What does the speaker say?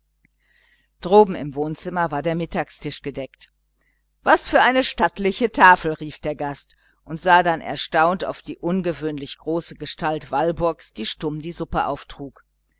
droben im wohnzimmer war der mittagstisch gedeckt was für eine stattliche tafel rief der gast und dann sah er erstaunt auf die ungewöhnlich große gestalt walburgs die stumm die suppe auftrug